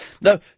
No